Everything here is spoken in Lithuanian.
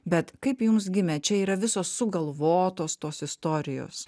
bet kaip jums gimė čia yra visos sugalvotos tos istorijos